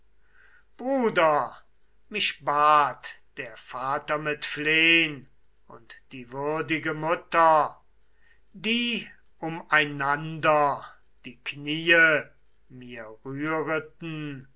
bruder mich bat der vater mit flehn und die würdige mutter dieses gesagt ging